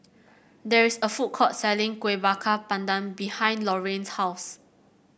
there is a food court selling Kuih Bakar Pandan behind Lorayne's house